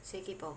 谁 kaypoh